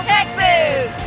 Texas